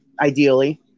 ideally